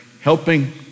helping